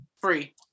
Free